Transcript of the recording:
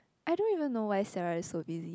I don't even know why Sarah is so busy